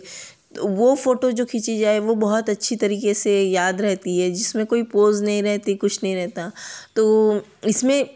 वह फ़ोटो जो खींची जाए वह बहुत अच्छी तरीके से याद रहती है जिसमें कोई पोज़ नहीं रहती कुछ नहीं रहता तो इसमें